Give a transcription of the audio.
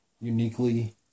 uniquely